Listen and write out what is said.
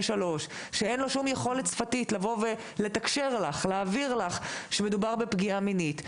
שלוש שאין לו יכולת שפתית להעביר לך שמדובר בפגיעה מינית,